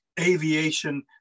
aviation